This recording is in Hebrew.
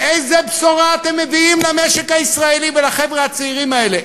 איזה בשורה אתם מביאים למשק הישראלי ולחבר'ה הצעירים האלה?